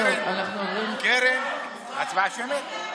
קרן, הצבעה שמית?